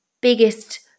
biggest